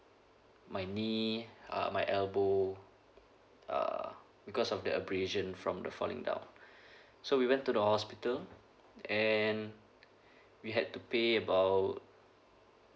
my knee uh my elbow uh because of the abrasion from the falling down so we went to the hospital and we had to pay about